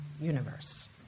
universe